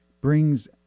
brings